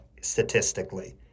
statistically